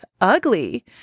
ugly